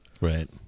Right